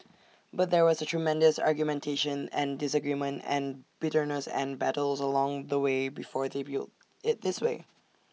but there was tremendous argumentation and disagreement and bitterness and battles along the way before they built IT this way